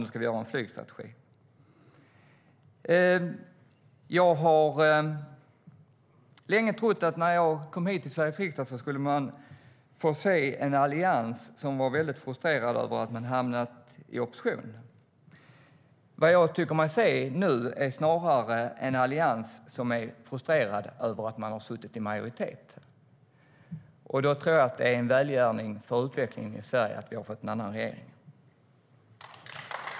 Jag har länge trott att när jag kom hit till Sveriges riksdag skulle jag få se en allians som var mycket frustrerad över att man hade hamnat i opposition. Men vad jag nu ser är snarare en allians som är frustrerad över att man har suttit i majoritet. Då tror jag att det är välgärning för utvecklingen i Sverige att vi har fått en annan regering.